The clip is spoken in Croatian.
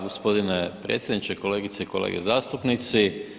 Gospodine predsjedniče, kolegice i kolege zastupnici.